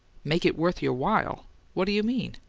make it worth your while what you mean?